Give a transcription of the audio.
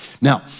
Now